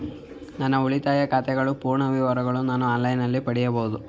ನನ್ನ ಉಳಿತಾಯ ಖಾತೆಯ ಪೂರ್ಣ ವಿವರಗಳನ್ನು ನಾನು ಆನ್ಲೈನ್ ನಲ್ಲಿ ಪಡೆಯಬಹುದೇ?